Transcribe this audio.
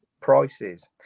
prices